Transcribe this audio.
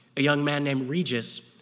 a young man named regis,